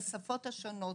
בשפות השונות,